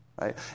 right